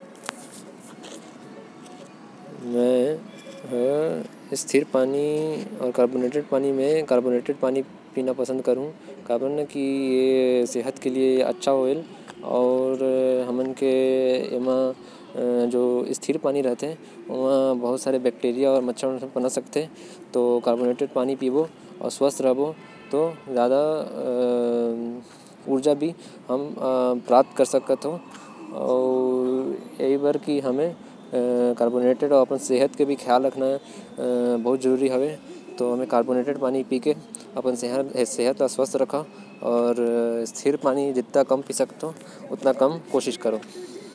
कार्बोरटेड पानी सेहत के लिए अच्छा होएल। स्थिर पानी मे गंदगी होएल। अपन सेहत बड़िया रखे खातिर मैं कार्बोरटेड पानी चुंहू स्थिर पानी के जगह।